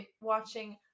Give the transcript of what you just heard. watching